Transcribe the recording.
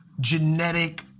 genetic